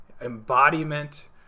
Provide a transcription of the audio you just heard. embodiment